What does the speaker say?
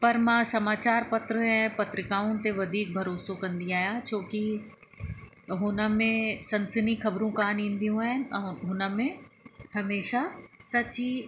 पर मां समाचार पत्र ऐं पत्रिकाउनि ते वधीक भरोसो कंदी आहियां छोकी हुन में सनसनी ख़बरूं कोन ईंदियूं आहिनि ऐं हुन में हमेशा सच ई